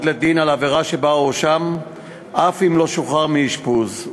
לדין על העבירה שבה הואשם אף אם לא שוחרר מאשפוז,